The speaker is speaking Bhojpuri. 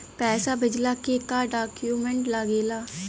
पैसा भेजला के का डॉक्यूमेंट लागेला?